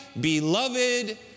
beloved